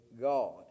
god